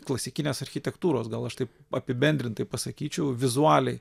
klasikinės architektūros gal aš taip apibendrintai pasakyčiau vizualiai